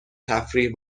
تفریح